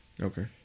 Okay